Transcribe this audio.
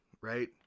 Right